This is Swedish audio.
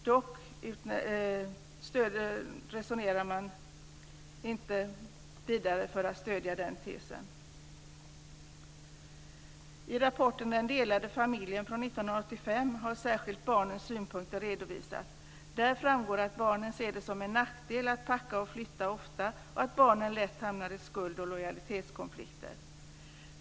Dock resonerar man inte vidare för att stödja den tesen. I rapporten Den delade familjen från 1985 har särskilt barnens synpunkter redovisats. Där framgår att barnen ser det som en nackdel att packa och flytta ofta samt att barnen lätt hamnar i skuld och lojalitetskonflikter.